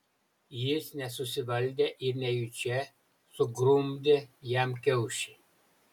jis nesusivaldė ir nejučia sugrumdė jam kiaušį